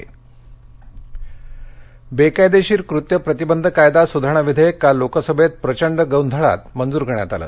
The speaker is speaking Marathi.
अमित शहा बेकायदा कृत्य प्रतिबंध कायदा सुधारणा विधेयक काल लोकसभेत प्रचंड गोंधळातच मंजूर करण्यात आलं